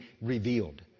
revealed